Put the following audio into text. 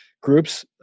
groups